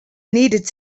needed